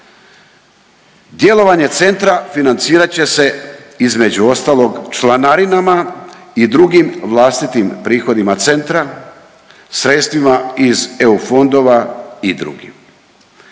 Djelovanje centra financirat će se između ostalog članarima i drugim vlastitim prihodima centra, sredstvima iz EU fondova i drugim.